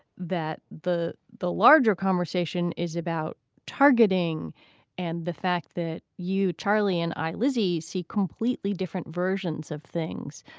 that the the larger conversation is about targeting and the fact that you charlie and i lizzie see completely different versions of things.